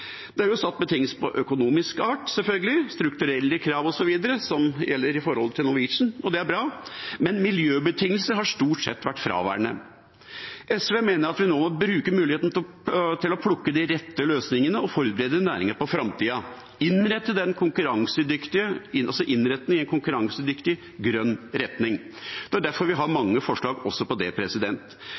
Det er sjølsagt satt betingelser av økonomisk art, og det er strukturelle krav osv., som gjelder for Norwegian. Det er bra, men miljøbetingelser har stort sett vært fraværende. SV mener at vi nå må bruke muligheten til å plukke de rette løsningene og forberede næringen på framtida, altså ha en innretning som går i en konkurransedyktig, grønn retning. Det er derfor vi har mange forslag også om det.